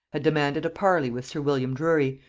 had demanded a parley with sir william drury,